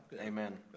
Amen